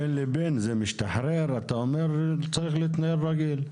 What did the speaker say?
בין לבין, זה משתחרר, אתה אומר שצריך להתנהל רגיל.